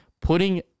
Putting